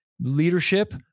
leadership